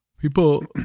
People